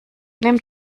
nimm